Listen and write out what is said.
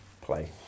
play